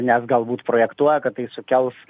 nes galbūt projektuoja kad tai sukels